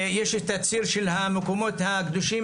יש את הציר של המקומות הקדושים,